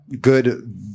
good